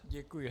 Děkuji.